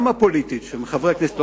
גם הפוליטית של חברי הכנסת,